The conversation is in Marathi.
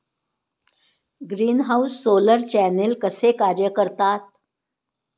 ग्रीनहाऊस सोलर चॅनेल कसे कार्य करतात?